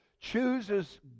chooses